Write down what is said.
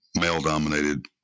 male-dominated